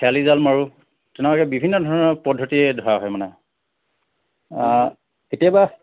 খেৱালী জাল মাৰোঁ তেনেকুৱাকে বিভিন্ন ধৰণৰ পদ্ধতিৰে ধৰা হয় মানে অঁ কেতিয়াবা